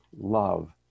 love